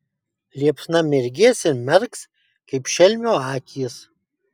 liepsna mirgės ir merks kaip šelmio akys